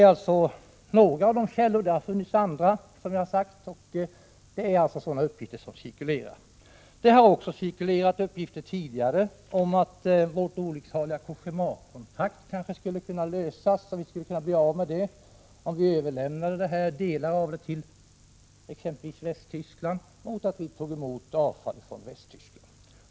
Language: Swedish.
Detta är en av källorna. Det har, som sagt, funnits andra. Sådana här uppgifter cirkulerar alltså. Det har också tidigare cirkulerat uppgifter om att vi kanske skulle kunna bli av med vårt olycksaliga Cogéma-kontrakt, om vi överlämnade delar av det till exempelvis Västtyskland mot att Sverige tar emot avfall från detta land.